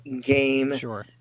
game